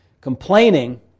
Complaining